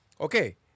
Okay